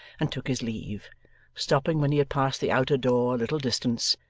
and took his leave stopping when he had passed the outer door a little distance,